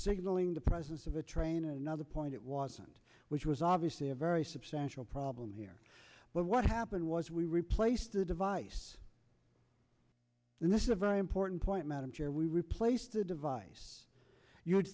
signaling the presence of a train another point it was sent which was obviously a very substantial problem here but what happened was we replaced the device and this is a very important point madam chair we replaced the device you would